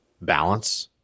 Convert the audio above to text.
balance